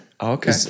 Okay